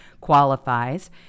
qualifies